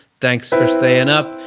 thanks for staying up.